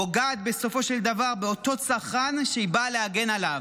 פוגעת בסופו של דבר באותו צרכן שהיא באה להגן עליו.